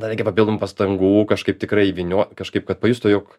dar reikia papildomų pastangų kažkaip tikrai įvynio kažkaip kad pajustų jog